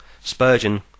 Spurgeon